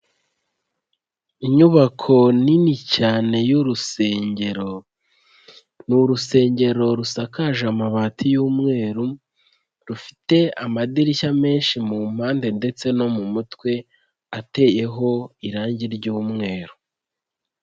Inyubako nini cyane y'urusengero, ni urusengero rusakaje amabati y'umweru, rufite amadirishya menshi mu mpande ndetse no mu mutwe ateyeho irangi ry'umweru.